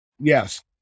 Yes